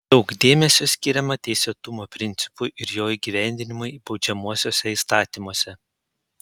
daug dėmesio skiriama teisėtumo principui ir jo įgyvendinimui baudžiamuosiuose įstatymuose